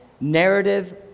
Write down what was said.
narrative